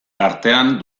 tartean